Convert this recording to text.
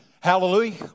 Hallelujah